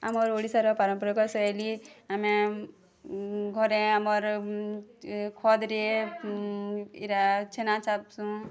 ଆମର୍ ଓଡ଼ିଶାର ପାରମ୍ପାରିକ ଶୈଲୀ ଆମେ ଘରେ ଆମର ଖଦ୍ଟିଏ ଏରା ଛେନା ଚାପ୍ସୁଁ